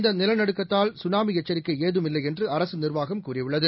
இந்தநிலநடுக்கத்தால் சுனாமிஎச்சரிக்கைஏதுமில்லைஎன்றுஅரசுநிர்வாகம் கூறியுள்ளது